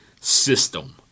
system